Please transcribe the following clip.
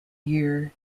year